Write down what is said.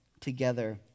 together